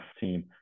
team